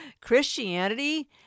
Christianity